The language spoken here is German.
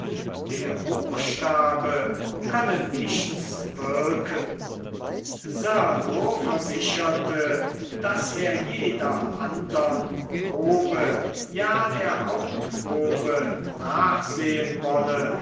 der buchstabe könne nichts wirken serlo versicherte daß er jeder andern probe ja der hauptprobe nachsehen wolle